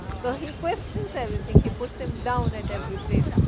so, he questions everything, he puts him down at every place,